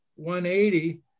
180